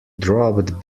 dropped